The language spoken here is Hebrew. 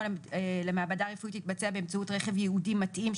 דגימות למעבדה יתבצע באמצעות רכב ייעודי מתאים,